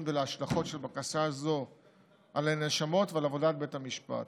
ולהשלכות של בקשה זו על הנאשמות ועל עבודת בית המשפט.